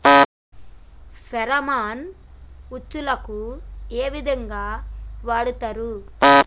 Pheromone ఉచ్చులకు ఏ విధంగా వాడుతరు?